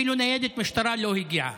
אפילו ניידת משטרה לא הגיעה.